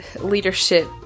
leadership